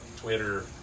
Twitter